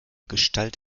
gestalt